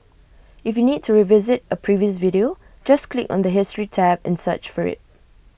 if you need to revisit A previous video just click on the history tab and search for IT